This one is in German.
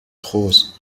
groß